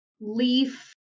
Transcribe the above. Leaf